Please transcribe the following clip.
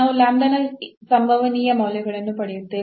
ನಾವು ನ ಸಂಭವನೀಯ ಮೌಲ್ಯಗಳನ್ನು ಪಡೆಯುತ್ತೇವೆ